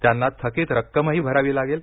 त्यांना थकीत रक्कमही भरावी लागेल